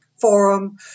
forum